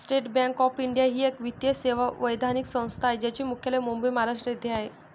state bank of India ही एक वित्तीय सेवा वैधानिक संस्था आहे ज्याचे मुख्यालय मुंबई, महाराष्ट्र येथे आहे